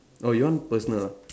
oh you want personal ah